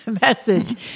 message